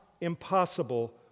impossible